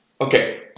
Okay